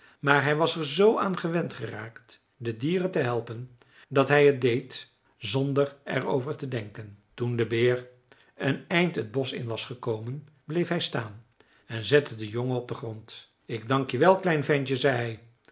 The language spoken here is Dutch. maar hij was er zoo aan gewend geraakt de dieren te helpen dat hij het deed zonder er over te denken toen de beer een eind het bosch in was gekomen bleef hij staan en zette den jongen op den grond ik dank je wel klein ventje zei